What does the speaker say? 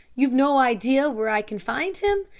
you've no idea where i can find him?